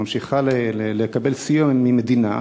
ממשיכה לקבל סיוע ממדינה,